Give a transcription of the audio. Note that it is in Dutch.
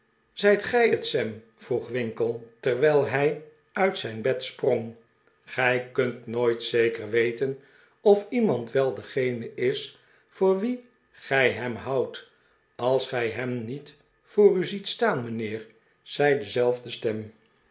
zijt gij het sam vroeg winkle terwijl hij uit zijn bed sprong gij kunt nooit zeker weten of iemand wel degene is voor wien gij hem houdt als gij hem niet voor u ziet staan mijnheer zei dezelfde stem